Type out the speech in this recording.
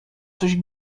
coś